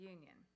Union